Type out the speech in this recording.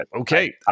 okay